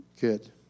Good